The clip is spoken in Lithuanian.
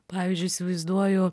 pavyzdžiui įsivaizduoju